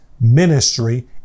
ministry